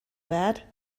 bad